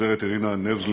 והגברת אירינה נבזלין,